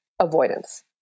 avoidance